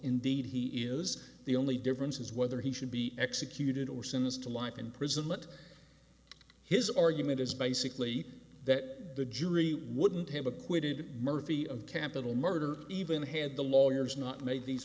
indeed he is the only difference is whether he should be executed or since to life in prison that his argument is basically that the jury wouldn't have acquitted murphy of capital murder even had the lawyers not made these